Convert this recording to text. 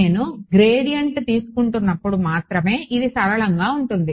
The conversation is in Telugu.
నేను గ్రేడియంట్ తీసుకుంటున్నప్పుడు మాత్రమే ఇది సరళంగా ఉంటుంది